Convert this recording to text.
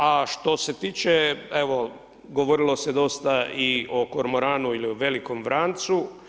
A što se tiče, evo govorilo se dosta i o kormoranu ili o velikom vrancu.